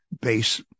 base